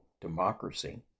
democracy